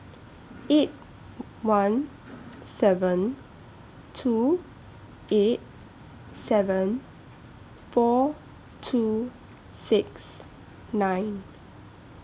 eight one seven two eight seven four two six nine